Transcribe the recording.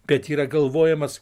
bet yra galvojimas